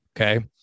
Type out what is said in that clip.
okay